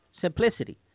simplicity